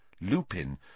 Lupin